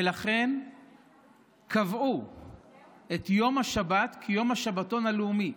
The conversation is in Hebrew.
ולכן קבעו את יום השבת כיום השבתון הלאומי.